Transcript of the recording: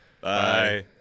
Bye